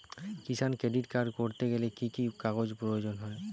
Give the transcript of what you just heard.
কিষান credit card করতে গেলে কি কি কাগজ প্রয়োজন হয়?